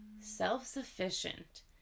self-sufficient